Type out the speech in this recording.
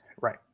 Right